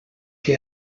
que